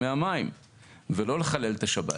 מהמים ולא לחלל את השבת.